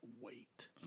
wait